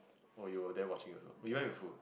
oh you were they watching also you went with you